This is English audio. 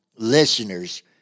listeners